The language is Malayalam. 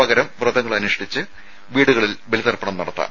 പകരം വ്രതങ്ങളനുഷ്ഠിച്ച് വീടുകളിൽ ബലിതർപ്പണം നടത്താം